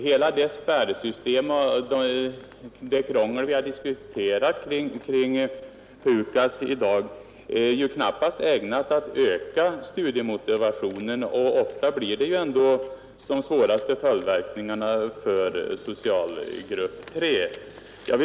Hela det spärrsystem och det krångel kring PUKAS vi har diskuterat i dag är ju knappast ägnat att öka studiemotivationen, och ofta uppstår de svåraste följdverkningarna för socialgrupp 3.